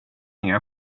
inga